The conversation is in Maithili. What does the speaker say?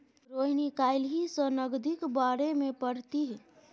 रोहिणी काल्हि सँ नगदीक बारेमे पढ़तीह